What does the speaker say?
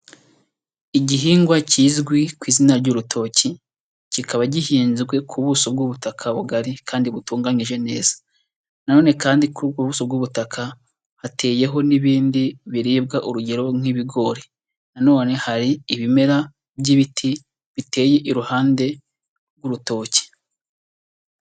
Igihingwa kizwi ku izina ry'urutoki, kikaba gihinzwe ku buso bw'ubutaka bugari kandi butunganyije neza, nanone kandi kuri ubwo buso bw'ubutaka hateyeho n'ibindi biribwa. Urugero nk'ibigori, nanone hari ibimera by'ibiti biteye iruhande rw'urutoki.